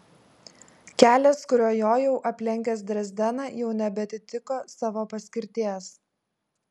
kelias kuriuo jojau aplenkęs drezdeną jau nebeatitiko savo paskirties